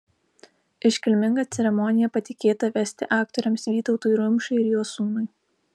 iškilmingą ceremoniją patikėta vesti aktoriams vytautui rumšui ir jo sūnui